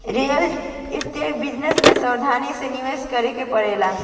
real estate business में सावधानी से निवेश करे के पड़ेला